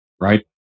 right